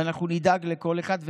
ואנחנו נדאג לכל אחד,